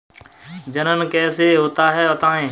जनन कैसे होता है बताएँ?